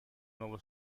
nuovo